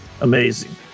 amazing